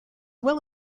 well